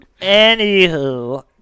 Anywho